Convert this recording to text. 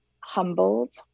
humbled